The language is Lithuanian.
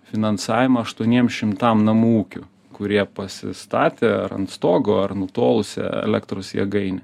finansavimą aštuoniem šimtam namų ūkių kurie pasistatė ar ant stogo ar nutolusią elektros jėgainę